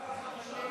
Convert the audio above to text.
רק על הכ"ף הראשונה,